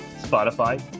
Spotify